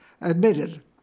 admitted